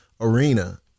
arena